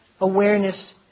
awareness